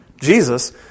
Jesus